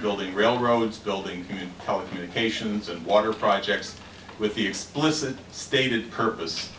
building railroads building human power to haitians and water projects with the explicit stated purpose